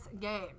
game